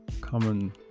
common